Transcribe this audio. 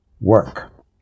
work